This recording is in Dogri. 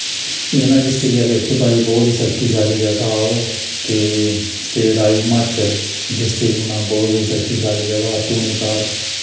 ऊना डिस्ट्रिक दे बिच भाई बहुत शक्तिशाली जगह ओह् ते state Himachal district Una बहुत ही शक्तिशाली जगह धुनीधार